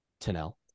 Tanel